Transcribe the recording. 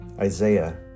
Isaiah